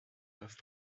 doivent